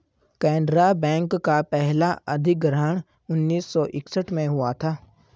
Canara bank का पहला अधिग्रहण उन्नीस सौ इकसठ में हुआ था